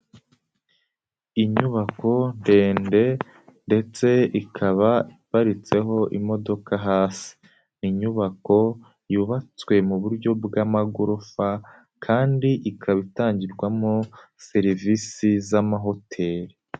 lnyubako ndende ndetse ikaba iparitseho imodoka hasi ,inyubako yubatswe mu buryo bw'amagorofa ,kandi ikaba itangirwamo service z'amahoteli.